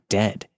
dead